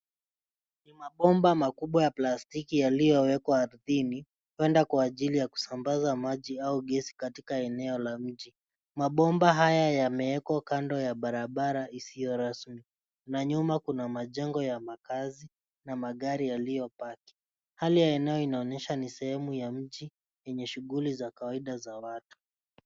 Ni mabomba makubwa ya plastiki yaliyowekwa ardhini labda kwa ajili ya kusambaza maji au gezi katika eneo la mji. Mabomba haya yamewekwa kando ya barabara isiyo rasmi na nyuma kuna majengo ya makazi na magari yaliyopaki hali ya eneo inaonyesha ni sehemu ya mji yenye shughui za kawaida za watu.